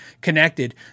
connected